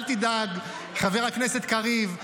אל תדאג, חבר הכנסת קריב,